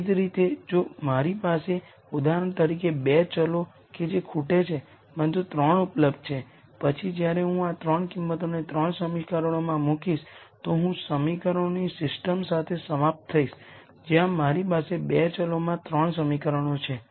એ જ રીતે જો મારી પાસે ઉદાહરણ તરીકે 2 વેરીએબલ્સ કે જે ખૂટે છે પરંતુ 3 ઉપલબ્ધ છે પછી જ્યારે હું આ 3 કિંમતોને 3 સમીકરણોમાં મૂકીશ ત્યારે હું સમીકરણોની સિસ્ટમ સાથે સમાપ્ત થઈશ જ્યાં મારી પાસે 2 વેરીએબલ્સ માં 3 સમીકરણો છે